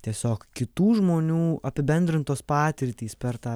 tiesiog kitų žmonių apibendrintos patirtys per tą